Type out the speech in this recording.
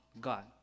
God